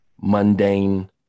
mundane